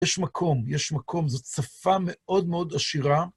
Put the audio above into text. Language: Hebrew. יש מקום, יש מקום, זאת שפה מאוד מאוד עשירה.